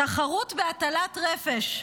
תחרות בהטלת רפש.